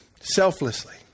Selflessly